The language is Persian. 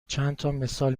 چندتامثال